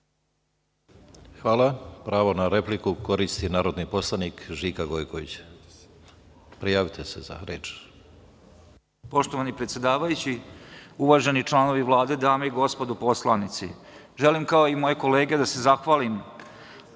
Hvala. Pravo na repliku koristi narodni poslanik Žika Gojković. **Žika Gojković** Poštovani predsedavajući, uvaženi članovi Vlade, dame i gospodo poslanici. Želim kao i moje kolege da se zahvalim